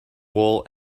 wool